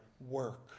work